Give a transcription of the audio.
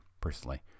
personally